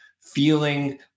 feeling